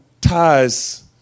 ties